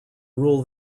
rule